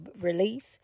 release